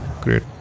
great